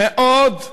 מאוד,